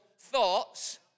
thoughts